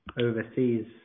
overseas